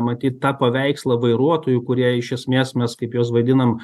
matyt tą paveikslą vairuotojų kurie iš esmės mes kaip juos vadinam